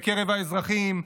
בקרב האזרחים,